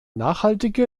nachhaltige